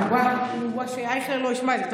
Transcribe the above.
או-אה, שאייכלר לא ישמע את זה.